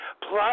Plus